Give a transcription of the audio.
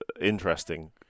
interesting